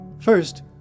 First